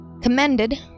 commended